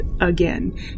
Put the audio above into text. again